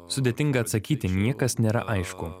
sudėtinga atsakyti niekas nėra aišku